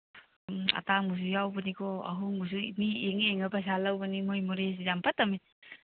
ꯎꯝ ꯑꯇꯥꯡꯕꯁꯨ ꯌꯥꯎꯕꯅꯤꯀꯣ ꯑꯍꯣꯡꯕꯁꯨ ꯃꯤ ꯌꯦꯡꯉ ꯌꯦꯡꯉ ꯄꯩꯁꯥ ꯂꯧꯕꯅꯤ ꯃꯣꯏ ꯃꯣꯔꯦꯁꯤ ꯌꯥꯝ ꯐꯠꯇꯕꯅꯤ